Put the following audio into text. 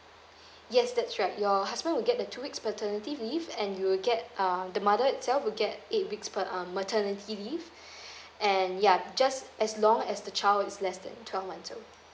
yes that's right your husband will get the two weeks paternity leave and you'll get um the mother itself will get eight weeks per~ um maternity leave and ya just as long as the child is less than twelve months old